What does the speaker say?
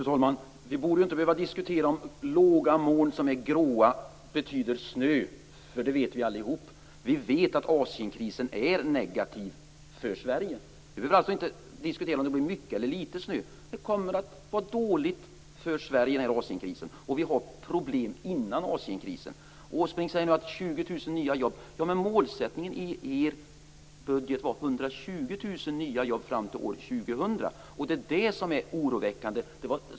Fru talman! Vi borde inte behöva diskutera om låga moln som är grå betyder snö, för det vet vi allihop. Vi vet att Asienkrisen är negativ för Sverige. Vi behöver alltså inte diskutera om det blir mycket eller litet snö. Asienkrisen kommer att bli dålig för Sverige, och vi hade problem redan innan. Erik Åsbrink talar om 20 000 nya jobb, men målsättningen i er budget var 120 000 nya jobb fram till år 2000. Det är det som är oroväckande.